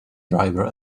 driver